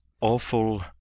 awful—